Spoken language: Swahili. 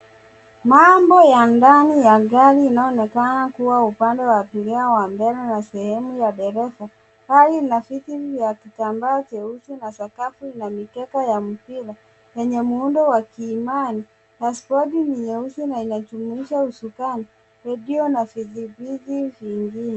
Mambo ya ndani ya gari inayoonekana kuwa upande wa abiria wa mbele na sehemu ya dereva, gari lina viti vya kitambaa cheusi na sakafu la mikeka ya mpira, lenye muundo wa kiimani, dash bodi ni nyeusi na inajumuisha usukani, redio na vitiviti vingine.